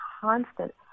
constant